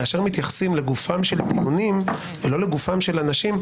כאשר מתייחסים לגופם של דברם ולא לגופם של אנשים,